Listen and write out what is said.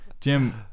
Jim